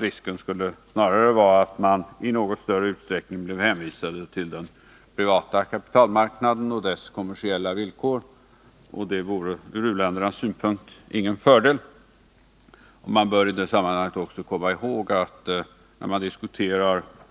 Risken skulle snarare vara att man i något större utsträckning blev hänvisad till den privata kapitalmarknaden och dess kommersiella villkor, och det vore ur uländernas synpunkt ingen fördel. Man bör i det sammanhanget komma ihåg att det vid